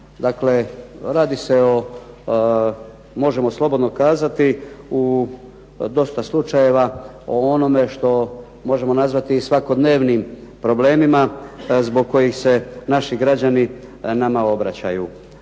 Dakle, radi se o možemo slobodno kazati u dosta slučajeva o onome što možemo nazvati i svakodnevnim problemima zbog kojih se naši građani nama obraćaju.